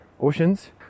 oceans